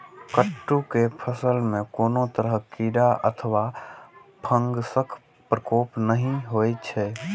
कट्टू के फसल मे कोनो तरह कीड़ा अथवा फंगसक प्रकोप नहि होइ छै